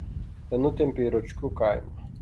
ją nutempė į ročkių kaimą